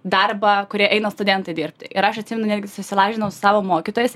darbą kurie eina studentai dirbti ir aš atsimenu netgi susilažinau savo mokytojais